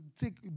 take